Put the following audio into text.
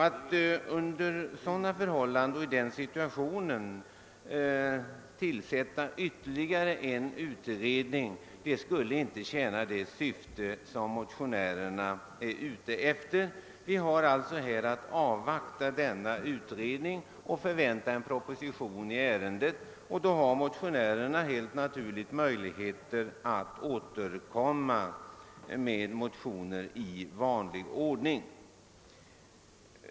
Att under sådana förhållanden tillsätta ytterligare en utredning skulle inte tjäna det syfte motionärerna eftersträvar. Vi bör alltså avvakta denna utrednings resultat och kan sedan förvänta en proposition i ärendet. Därefter har motionärerna helt naturligt möjlighet att återkomma med motioner i vanlig ordning.